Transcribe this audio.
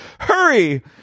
Hurry